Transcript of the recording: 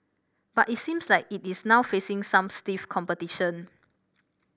but it seems like it is now facing some stiff competition